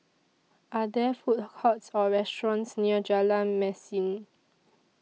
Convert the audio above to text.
Are There Food Courts Or restaurants near Jalan Mesin